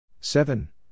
Seven